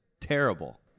terrible